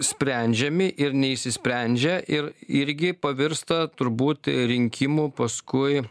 sprendžiami ir neišsisprendžia ir irgi pavirsta turbūt rinkimų paskui